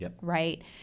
right